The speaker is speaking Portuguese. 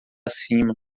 cima